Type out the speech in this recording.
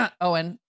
Owen